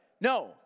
No